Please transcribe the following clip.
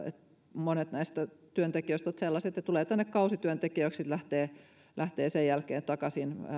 monet näistä työntekijöistä ovat sellaisia että he tulevat tänne kausityöntekijöiksi ja sitten lähtevät sen jälkeen takaisin